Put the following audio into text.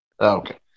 Okay